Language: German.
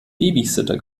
babysitter